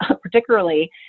particularly